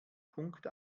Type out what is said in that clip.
punkt